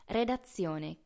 redazione